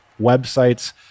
websites